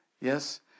Yes